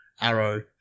arrow